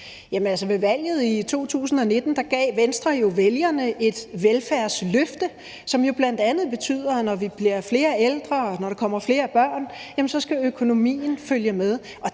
ved valget i 2019 gav Venstre vælgerne et velfærdsløfte, som jo bl.a. betyder, at når vi bliver flere ældre, og når der kommer flere børn, så skal økonomien følge med.